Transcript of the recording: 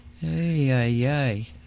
yay